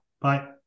Bye